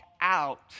out